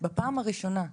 בפעם הראשונה.